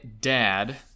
dad